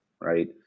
Right